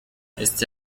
este